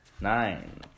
Nine